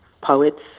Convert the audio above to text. poets